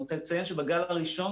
אני רוצה לציין שבגל הראשון,